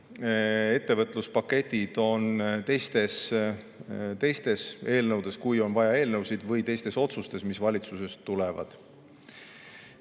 Ettevõtluspaketid on teistes eelnõudes, kui on vaja neid eelnõusid, või teistes otsustes, mis valitsusest tulevad.